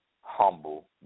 humble